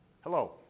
Hello